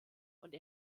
und